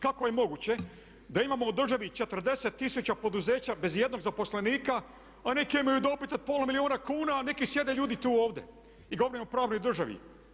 Kako je moguće da imamo u državi 40000 poduzeća bez ijednog zaposlenika, a neke imaju dobit od pol milijuna kuna, a neki sjede ljudi tu ovdje i govorimo o pravnoj državi.